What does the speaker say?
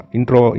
Intro